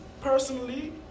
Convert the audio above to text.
Personally